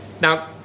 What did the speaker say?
now